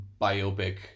biopic